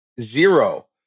zero